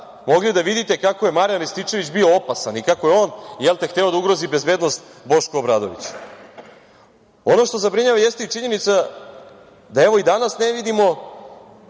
mogli da vidite kako je Marijan Rističević bio opasan i kako je on jel te hteo da ugrozi bezbednost Bošku Obradoviću. Ono što zabrinjava jeste i činjenica da evo i danas ne vidimo